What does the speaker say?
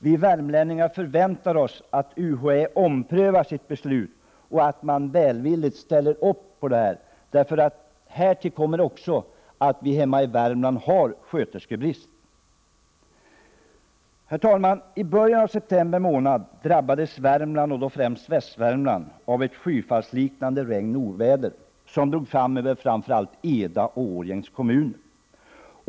Vi värmlänningar förväntar oss att UHÄ omprövar sitt beslut och att man välvilligt ställer upp bakom detta. Härtill kommer också att Värmland har sköterskebrist. Herr talman! I början av september månad drabbades Värmland -- och då främst västra Värmland — av ett skyfallsliknande regn och oväder som drog fram över framför allt Eda och Årjängs kommuner.